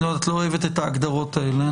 את לא אוהבת את ההגדרות האלה.